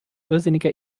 irrsinniger